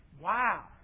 Wow